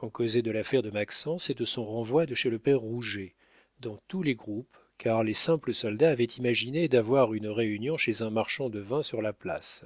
on causait de l'affaire de maxence et de son renvoi de chez le père rouget dans tous les groupes car les simples soldats avaient imaginé d'avoir une réunion chez un marchand de vin sur la place